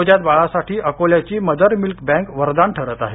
नवजात बाळासाठी अकोल्याची मदर मिल्क बँक वरदान ठरत आहे